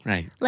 Right